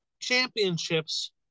championships